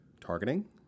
targeting